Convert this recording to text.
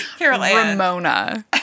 Ramona